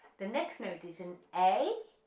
the next note is an a,